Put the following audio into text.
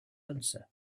answer